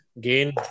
Gain